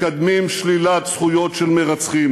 מקדמים שלילת זכויות של מרצחים